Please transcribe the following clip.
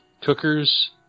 cookers